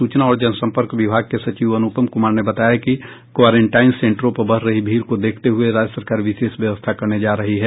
सूचना और जन संपर्क विभाग के सचिव अनुपम कुमार ने बताया कि क्वारेंटाइन सेंटरों पर बढ़ रही भीड़ को देखते हुये राज्य सरकार विशेष व्यवस्था करने जा रही है